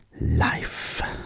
life